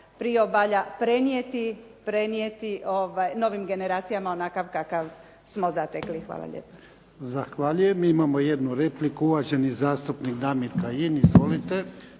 priobalja prenijeti novim generacijama onakav kakav smo zatekli. Hvala lijepa. **Jarnjak, Ivan (HDZ)** Zahvaljujem. Imamo jednu repliku. Uvaženi zastupnik Damir Kajin. Izvolite.